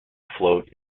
float